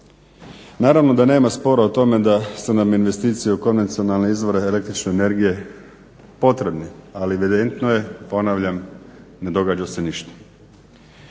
Naravno da nema spora o tome da su nam investicije u komercijalne izvore električne energije potrebni, ali evidentno je, ponavljam ne događa se ništa.